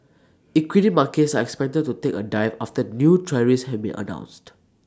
equity markets are expected to take A dive after new tariffs have been announced